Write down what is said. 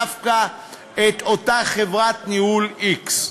דווקא את אותה חברת ניהול x.